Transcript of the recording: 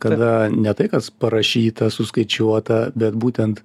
kada ne tai kas parašyta suskaičiuota bet būtent